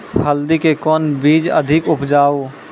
हल्दी के कौन बीज अधिक उपजाऊ?